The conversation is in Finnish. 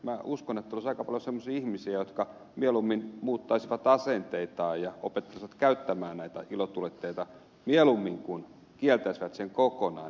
minä uskon että olisi aika paljon semmoisia ihmisiä jotka mieluummin muuttaisivat asenteitaan ja opettelisivat käyttämään näitä ilotulitteita kuin kieltäisivät sen kokonaan